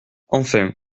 enfin